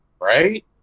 Right